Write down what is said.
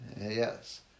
yes